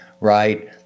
right